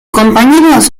compañeros